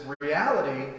reality